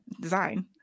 design